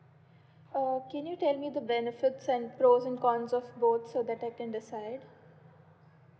uh can you tell me the benefits and pros and cons of both so that I can decide